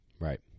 Right